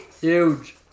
Huge